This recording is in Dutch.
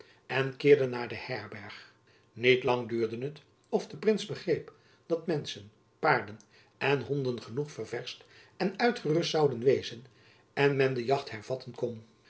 en keerde naar de herberg niet lang duurde het of de prins begreep dat menschen paarden en honden genoeg ververscht en uitgerust zouden wezen en men de jacht hervatten kon